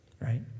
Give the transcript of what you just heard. right